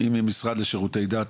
המשרד לשירותי דת,